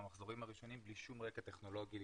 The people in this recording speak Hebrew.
מהמחזורים הראשונים בלי שום רקע טכנולוגי,